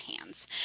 hands